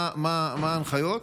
2. מהן ההנחיות?